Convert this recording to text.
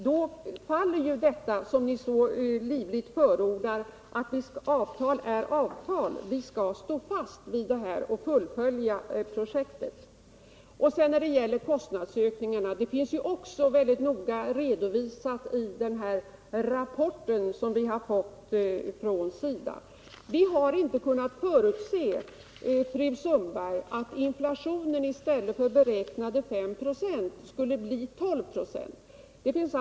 Då faller ju detta som ni så livligt förordar, att ett avtal är ett avtal och att vi skall stå fast vid detta och fullfölja projektet. När det sedan gäller kostnadsökningarna vill jag framhålla för fru Sundberg att vi — vilket också mycket noga redovisats i rapporten — inte har kunnat förutse att exempelvis inflationen i stället för beräknade 5 96 skulle bli 12 96.